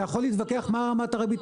אתה יכול להתווכח מה רמת הריבית.